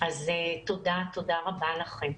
אז תודה רבה לכם.